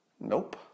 Nope